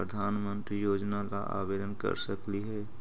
प्रधानमंत्री योजना ला आवेदन कर सकली हे?